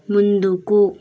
ముందుకు